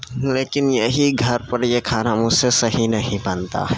لیکن یہی گھر پر یہ کھانا مجھ سے صحیح نہیں بنتا